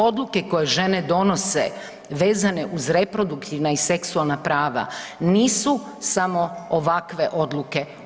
Odluke koje žene donose vezano uz reproduktivna i seksualna prava nisu samo ovakve odluke.